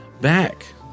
back